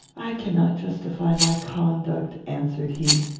i cannot justify my conduct, answered he.